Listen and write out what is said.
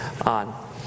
on